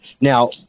Now